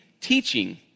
teaching